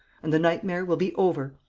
and the nightmare will be over.